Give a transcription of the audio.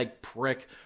prick